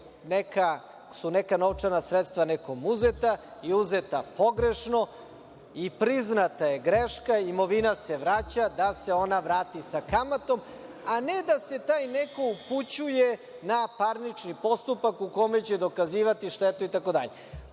su neka novčana sredstva nekom uzeta, uzeta pogrešno, priznata je greška i imovina se vraća, da se ona vrate sa kamatom, a ne da se taj neko upućuje na parnični postupak u kome će dokazivati štetu itd.